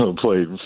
played